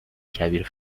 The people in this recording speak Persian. کبیر